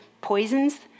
poisons